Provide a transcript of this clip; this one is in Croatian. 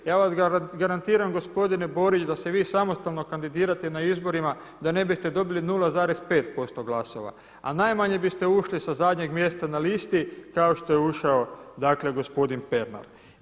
Ja vam garantiram gospodine Borić da se vi samostalno kandidirate na izborima da ne biste dobili 0,5% glasova, a najmanje biste ušli sa zadnjeg mjesta na listi kao što je ušao dakle gospodin Pernar.